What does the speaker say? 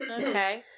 Okay